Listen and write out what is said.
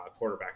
quarterbacks